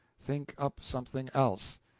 think up something else.